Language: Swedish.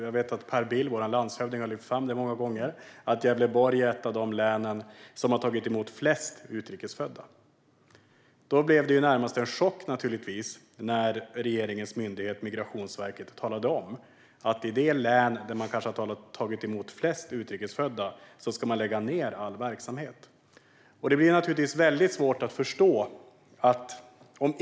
Jag vet att vår landshövding Per Bill många gånger har lyft fram att Gävleborg är ett av de län som har tagit emot flest utrikesfödda. Därför blev det närmast en chock när regeringens myndighet Migrationsverket talade om att i det län som kanske tagit emot flest utrikesfödda ska man lägga ned all verksamhet. Det är naturligtvis svårt att förstå.